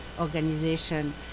organization